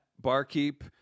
Barkeep